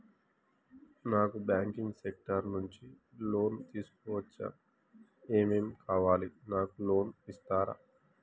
నాకు banking sector నుంచి loan తీసుకోవచ్చా? ఏమేం కావాలి? నాకు లోన్ ఇస్తారా?